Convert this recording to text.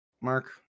Mark